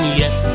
yes